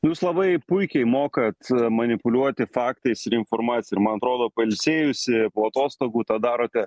jūs labai puikiai mokat manipuliuoti faktais ir informacija ir man atrodo pailsėjusi po atostogų tą darote